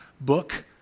book